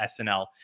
SNL